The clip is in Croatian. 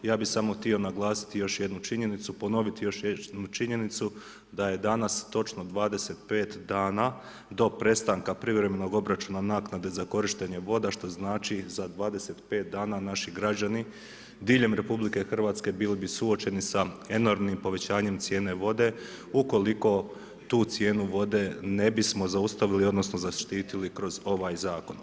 Ja bih samo htio naglasiti još jednu činjenicu i ponoviti još jednu činjenicu da je danas točno 25 dana do prestanka privremenog obračuna naknade za korištenje voda što znači za 25 dana naši građani diljem Republike Hrvatske bili bi suočeni sa enormnim povećanjem cijene vode ukoliko tu cijenu vode ne bismo zaustavili odnosno zaštitili kroz ovaj zakon.